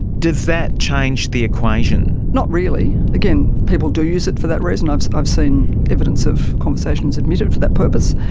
does that change the equation? not really. again, people do use it for that reason, ah i've seen evidence of conversations admitted for that purpose.